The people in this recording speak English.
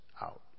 out